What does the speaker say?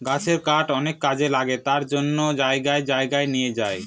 গাছের কাঠ অনেক কাজে লাগে তার জন্য জায়গায় জায়গায় নিয়ে যায়